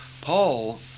Paul